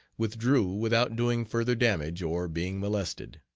withdrew without doing further damage or being molested.